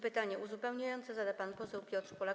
Pytanie uzupełniające zada pan poseł Piotr Polak.